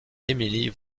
emilie